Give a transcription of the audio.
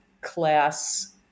class